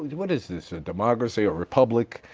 what is this a democracy or republic,